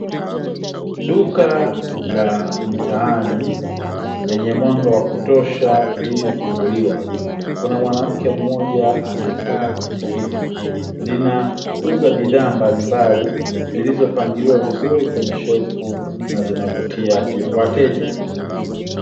Duka la mtaani lenye mwanga wa kutosha limefunguliwa, kuna mwanamke mmoja amekaa kwenge kiti. Linauza bidhaa mbalimbali zilizopangiliwa vizuri kwenye shelfu na zinavutia wateja.